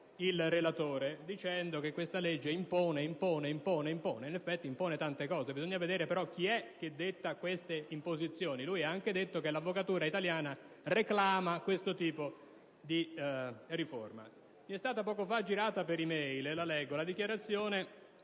il relatore, dicendo che questo provedimento impone, impone, impone... In effetti, esso impone tante cose; però, bisogna vedere chi è che detta queste imposizioni. Egli ha anche detto che l'avvocatura italiana reclama questo tipo di riforma. Mi è stata poco fa girata per *e-mail* - la leggo - la dichiarazione